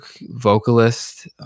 vocalist